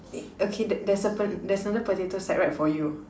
okay there's a there's another potato sack right for you